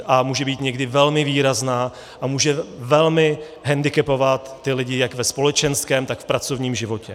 A může být někdy velmi výrazná a může velmi hendikepovat ty lidi ve společenském, tak v pracovním životě.